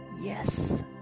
Yes